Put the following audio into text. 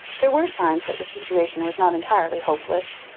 there were signs that the situation was not entirely hopeless.